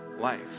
life